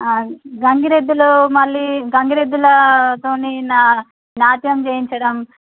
గంగిరెద్దులు మళ్ళీ గంగిరెద్దులతోని నా నాట్యం చేయించడం